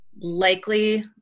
likely